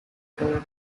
color